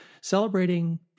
celebrating